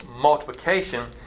multiplication